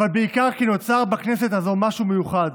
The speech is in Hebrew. אבל בעיקר, כי נוצר בכנסת הזו משהו מיוחד,